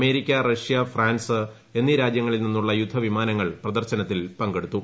America Russia France എന്നീ രാജ്യങ്ങളിൽ നിന്നുള്ള യുദ്ധവിമാനങ്ങൾ പ്രദർശനത്തിൽ പങ്കെടുത്തു